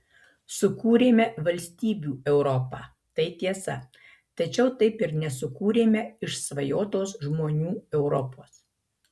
sukūrėme valstybių europą tai tiesa tačiau taip ir nesukūrėme išsvajotos žmonių europos